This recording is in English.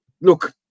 Look